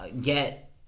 get